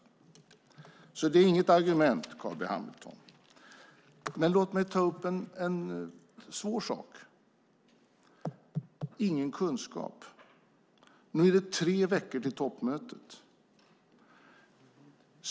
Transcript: Det är alltså inget argument, Carl B Hamilton. Låt mig dock ta upp en svår sak: ingen kunskap. Nu är det tre veckor till toppmötet.